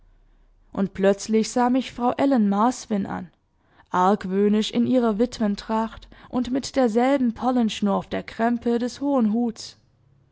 und plötzlich sah mich frau ellen marsvin an argwöhnisch in ihrer witwentracht und mit derselben perlenschnur auf der krempe des hohen huts